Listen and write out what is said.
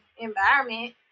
environment